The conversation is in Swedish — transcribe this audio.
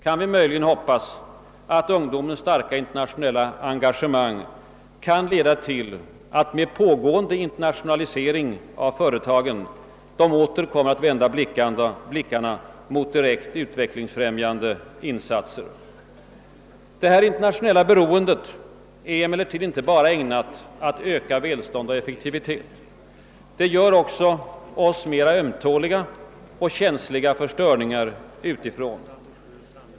Kan vi möjligen hoppas att ungdomens starka internationella engagemang kan leda till att med den pågående internationaliseringen av företagen man åter kommer att vända blickarna mot direkt utvecklingsfrämjande insatser? Detta internationella beroende är emellertid inte bara ägnat att öka välståndet och effektiviteten. Det gör oss också mera ömtåliga och känsliga för störningar utifrån.